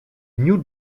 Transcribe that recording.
new